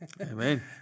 Amen